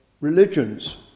religions